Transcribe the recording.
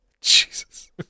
Jesus